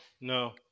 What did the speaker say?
no